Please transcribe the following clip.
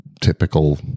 typical